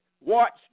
Watch